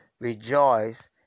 rejoice